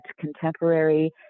contemporary